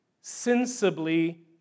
sensibly